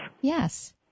Yes